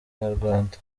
nyarwanda